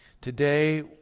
Today